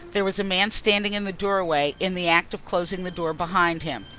there was a man standing in the doorway, in the act of closing the door behind him.